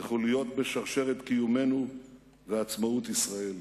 כחוליות בשרשרת קיומנו ועצמאות ישראל.